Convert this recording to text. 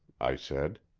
i said.